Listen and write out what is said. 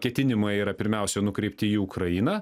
ketinimai yra pirmiausia nukreipti į ukrainą